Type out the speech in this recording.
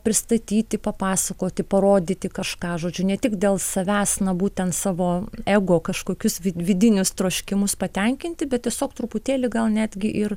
pristatyti papasakoti parodyti kažką žodžiu ne tik dėl savęs na būtent savo ego kažkokius vid vidinius troškimus patenkinti bet tiesiog truputėlį gal netgi ir